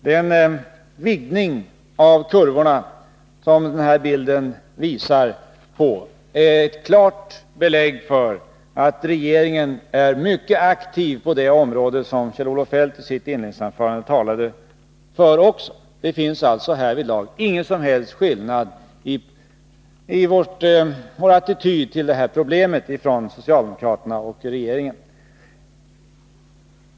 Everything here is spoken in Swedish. Den vidgning av kurvorna som bilden visar på är ett klart belägg för att regeringen är mycket aktiv på det område som också Kjell-Olof Feldt i sitt inledningsanförande talade för. Det finns alltså ingen som helst skillnad i attityderna till det här problemet mellan socialdemokraterna och regeringen.